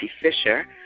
Fisher